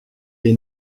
est